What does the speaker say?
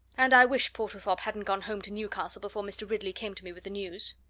and i wish portlethorpe hadn't gone home to newcastle before mr. ridley came to me with the news.